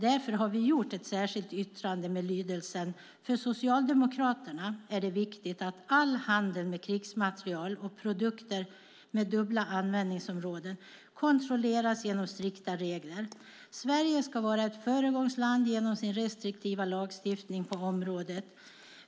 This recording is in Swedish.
Därför har vi avgett följande särskilda yttrande: "För Socialdemokraterna är det viktigt att all handel med krigsmateriel och produkter med dubbla användningsområden kontrolleras genom strikta regler. Sverige ska vara ett föregångsland genom sin restriktiva lagstiftning på området.